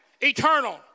eternal